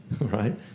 right